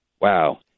wow